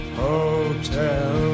hotel